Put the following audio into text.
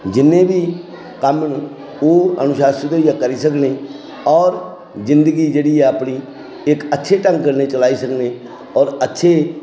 जिन्ने बी कम्म न ओह् अनुशासित होइयै करी सकनें होर जिंदगी जेह्ड़ी ऐ अपनी इक अच्छे ढंग कन्नै चलाई सकनें होर अच्छी